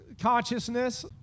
consciousness